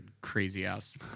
crazy-ass